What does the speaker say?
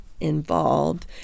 involved